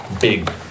big